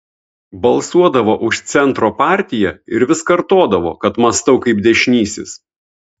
balsuodavo už centro partiją ir vis kartodavo kad mąstau kaip dešinysis